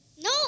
No